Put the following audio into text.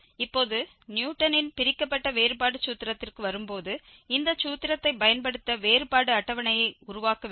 இப்போது நியூட்டனின் பிரிக்கப்பட்ட வேறுபாடு சூத்திரத்திற்கு வரும்போது இந்த சூத்திரத்தைப் பயன்படுத்த வேறுபாடு அட்டவணையை உருவாக்க வேண்டும்